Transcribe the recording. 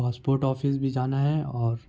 ہاسپورٹ office بھی جانا ہے اور